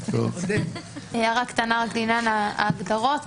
הערה קטנה לעניין ההגדרות,